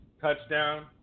touchdown